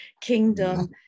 kingdom